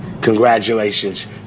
Congratulations